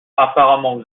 apparemment